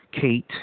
Kate